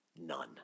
none